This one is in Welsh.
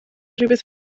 rhywbeth